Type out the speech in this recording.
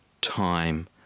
time